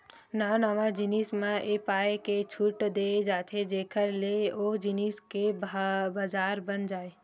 नवा नवा जिनिस म ए पाय के छूट देय जाथे जेखर ले ओ जिनिस के बजार बन जाय